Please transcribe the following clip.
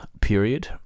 period